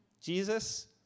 Jesus